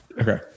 okay